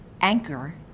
Anchor